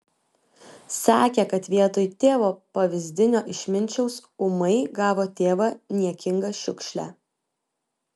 sakė kad vietoj tėvo pavyzdinio išminčiaus ūmai gavo tėvą niekingą šiukšlę